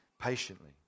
Patiently